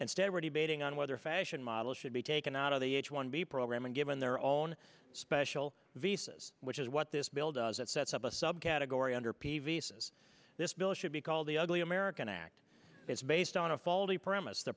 instead we're debating on whether fashion models should be taken out of the h one b program and given their own special visas which is what this bill does it sets up a subcategory under peavy says this bill should be called the ugly american act it's based on a faulty premise the